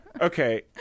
Okay